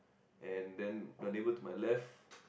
and then the neighbor to my left